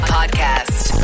Podcast